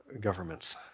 governments